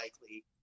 likely